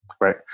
right